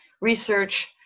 research